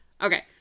Okay